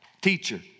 teacher